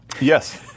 Yes